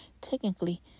technically